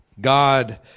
God